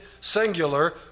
singular